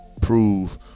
prove